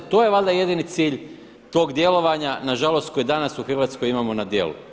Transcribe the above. To je valjda jedini cilj tog djelovanja na žalost koji danas u Hrvatskoj imamo na djelu.